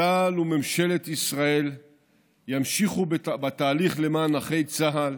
צה"ל וממשלת ישראל ימשיכו בתהליך למען נכי צה"ל,